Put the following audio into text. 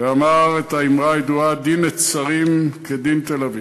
ואמר את האמרה הידועה: דין נצרים כדין תל-אביב.